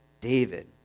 David